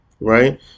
Right